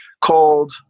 called